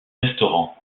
restaurants